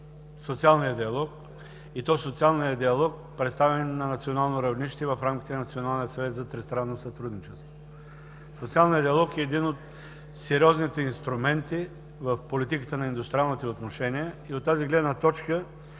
социалния диалог, и то социалният диалог, представен на национално равнище, в рамките на Националния съвет за тристранно сътрудничество. Социалният диалог е един от сериозните инструменти в политиката на индустриалните отношения. От тази гледна точка